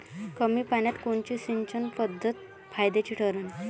कमी पान्यात कोनची सिंचन पद्धत फायद्याची ठरन?